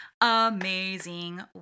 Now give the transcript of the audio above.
amazing